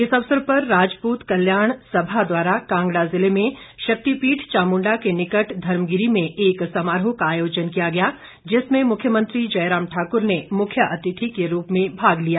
इस अवसर पर राजपूत कल्याण सभा द्वारा कांगड़ा जिले में शक्तिपीठ चामुंडा के निकट धर्मगिरी में एक समारोह का आयोजन किया गया जिसमें मुख्यमंत्री जयराम ठाक्र ने मुख्य अतिथि के रूप में भाग लिया